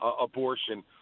abortion